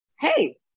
hey